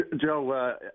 Joe